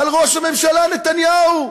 על ראש הממשלה נתניהו,